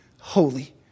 holy